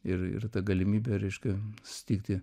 ir ir ta galimybė reiškia susitikti